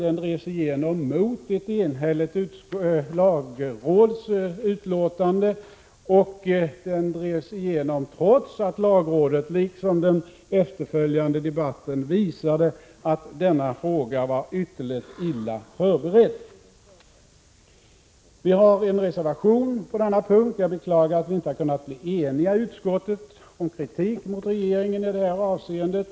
Den drevs igenom mot ett enhälligt lagrådsutlåtande och trots att lagrådet liksom den efterföljande debatten visade att denna fråga var ytterligt illa förberedd. Vi har avgivit en reservation på denna punkt. Jag beklagar att vi i utskottet inte har kunnat bli eniga om kritik mot regeringen i det här avseendet.